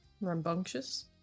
rambunctious